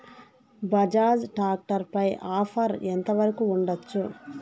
Bajaj tractor పై offer ఎంత వరకు ఉండచ్చు?